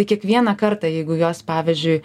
kiekvieną kartą jeigu jos pavyzdžiui